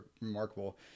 remarkable